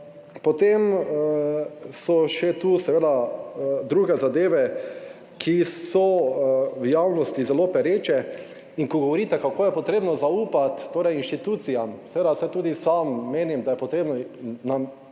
Potem so še tu seveda druge zadeve, ki so v javnosti zelo pereče in ko govorite, kako je potrebno zaupati torej inštitucijam, seveda, saj tudi sam menim, da je potrebno nam,